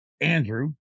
Andrew